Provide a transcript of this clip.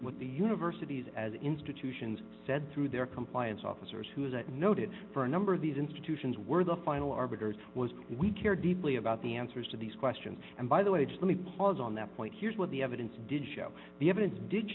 what the universities as institutions said through their compliance officers who is a noted for a number of these institutions were the final arbiters was we care deeply about the answers to these questions and by the way just let me pause on that point here's what the evidence did show the evidence did